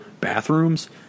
Bathrooms